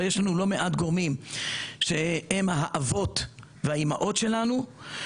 אבל יש לנו לא מעט גורמים שהם האבות והאימהות שלנו.